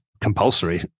compulsory